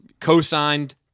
co-signed